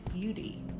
beauty